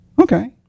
Okay